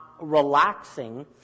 relaxing